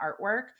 artwork